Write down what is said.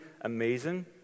amazing